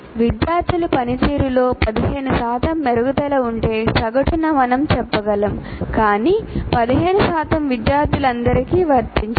విద్యార్థుల పనితీరులో 15 శాతం మెరుగుదల ఉంటే సగటున మనం చెప్పగలం కాని 15 శాతం విద్యార్థులందరికీ వర్తించదు